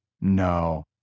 No